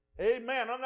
Amen